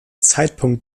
zeitpunkt